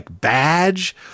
badge